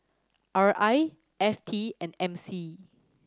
R I F T and M C